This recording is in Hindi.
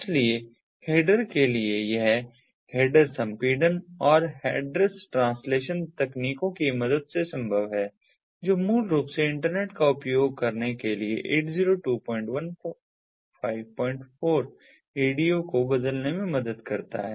इसलिए हेडर के लिए यह हेडर संपीड़न और एड्रेस ट्रांसलेशन तकनीकों की मदद से संभव है जो मूल रूप से इंटरनेट का उपयोग करने के लिए 802154 रेडियो को बदलने में मदद करता है